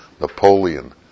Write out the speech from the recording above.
Napoleon